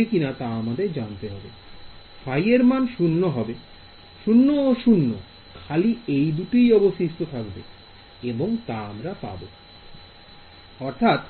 ϕ এর মান শূন্য হবে 0 ও 0 খালি এই দুটি অবশিষ্ট থাকবে এবং আমরা পাব অতএব